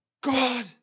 God